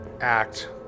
act